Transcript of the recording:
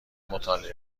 مطالعه